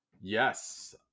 Yes